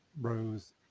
Rose